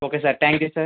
okay sir thank you sir